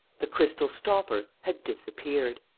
the crystal stopper had disappeared.